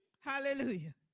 Hallelujah